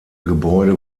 gebäude